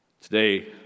Today